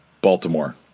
Baltimore